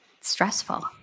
stressful